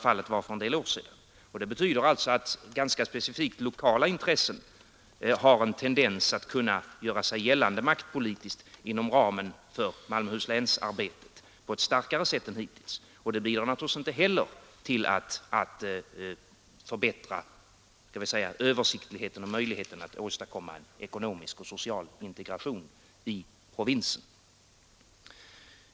Det betyder alltså att ganska specifikt lokala intressen har en tendens att maktpolitiskt göra sig gällande inom ramen för arbetet i Malmöhus län på ett starkare sätt än hittills, och det bidrar naturligtvis inte heller till att förbättra översiktligheten och möjligheterna att åstadkomma en ekonomisk och social integration i provinsen.